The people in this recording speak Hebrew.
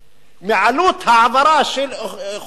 מעלות העברה של חולה,